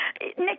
Nick